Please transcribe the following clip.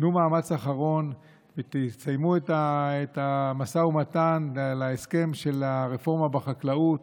תנו מאמץ אחרון ותסיימו את המשא ומתן להסכם של הרפורמה בחקלאות.